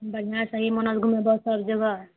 बढ़िया चाही मनोसऽ घुमैबहो सब जगह